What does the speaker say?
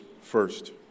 first